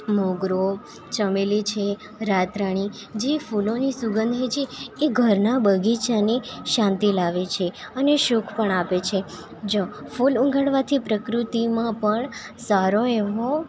મોગરો ચમેલી છે રાતરાણી જે ફૂલોની સુગંધ જે એ ઘરના બગીચાને શાંતિ લાવે છે અને સુખ પણ આપે છે જો ફૂલ ઉગાડવાથી પ્રકૃતિમાં પણ સારો એવો